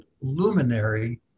luminary